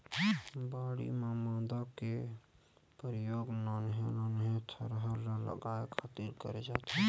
बाड़ी म मांदा के परियोग नान्हे नान्हे थरहा ल लगाय खातिर करे जाथे